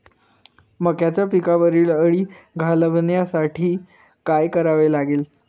मक्याच्या पिकावरील अळी घालवण्यासाठी काय करावे लागेल?